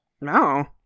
No